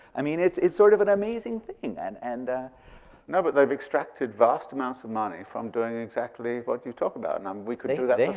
i mean it's it's sort of an amazing thing. and and no, but they've extracted vast amounts of money from doing exactly what you talk about. and um we could do that for